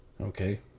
Okay